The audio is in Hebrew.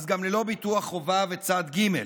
אז גם ללא ביטוח חובה וצד ג'.